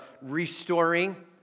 restoring